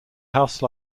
house